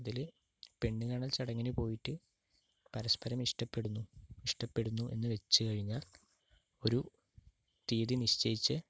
ഇതിൽ പെണ്ണുകാണൽ ചടങ്ങിന് പോയിട്ട് പരസ്പരം ഇഷ്ടപ്പെടുന്നു ഇഷ്ടപ്പെടുന്നു എന്ന് വച്ചു കഴിഞ്ഞാൽ ഒരു തീയതി നിശ്ചയിച്ച്